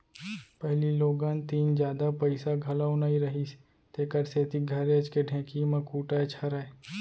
पहिली लोगन तीन जादा पइसा घलौ नइ रहिस तेकर सेती घरेच के ढेंकी म कूटय छरय